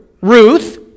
Ruth